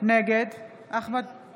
נגד דסטה גדי